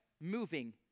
moving